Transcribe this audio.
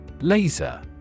Laser